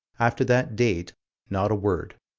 after that date not a word,